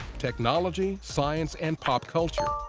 technology, science and pop culture.